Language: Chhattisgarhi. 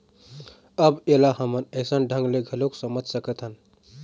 अब ऐला हमन अइसन ढंग ले घलोक समझ सकथन